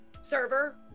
server